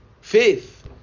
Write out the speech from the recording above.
faith